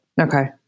Okay